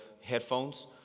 headphones